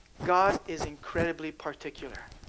god is incredibly particular.